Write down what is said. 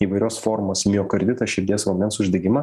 įvairios formos miokarditą širdies raumens uždegimą